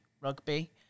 Rugby